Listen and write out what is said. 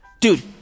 Dude